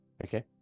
Okay